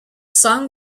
song